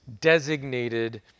designated